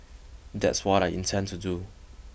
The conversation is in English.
that's what I intend to do